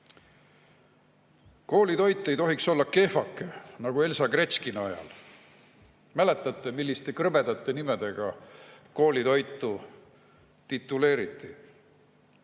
Koolitoit ei tohiks olla kehvake nagu Elsa Gretškina ajal. Mäletate, milliste krõbedate nimedega koolitoitu tollal